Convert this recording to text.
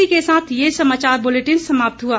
इसी के साथ ये समाचार बुलेटिन समाप्त हुआ